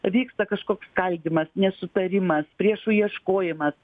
vyksta kažkoks skaldymas nesutarimas priešų ieškojimas